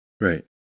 right